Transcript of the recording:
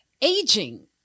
aging